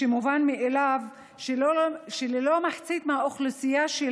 מובן מאליו שללא מחצית מאוכלוסייה של